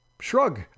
shrug